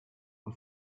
und